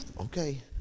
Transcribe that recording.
Okay